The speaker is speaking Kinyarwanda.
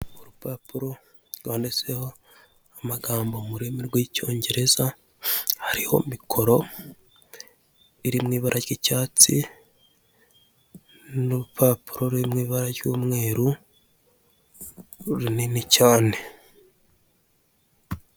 Urupapuro rwanditseho amagambo mu rurimi rw'icyongereza, hariho mikoro iri mu ibara ry'icyatsi n'urupapuro ruri mu ibara ry'umweru, runini cyane.